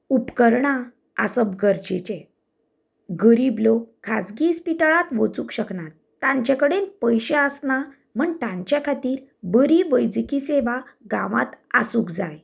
उपकरणां आसप गरजेचे गरीब लोक खाजगी इस्पितळांत वचूंक शकनात तांचे कडेन पयशें आसनात म्हण तांचे खातीर बरी वैजकी सेवा गांवांत आसूंक जाय